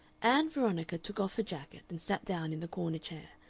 ann veronica took off her jacket and sat down in the corner chair,